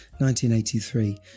1983